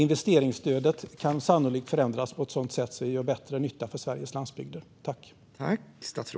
Investeringsstödet kan sannolikt förändras på ett sådant sätt att det gör bättre nytta för Sveriges landsbygder.